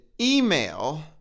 email